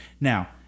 Now